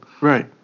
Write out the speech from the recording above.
Right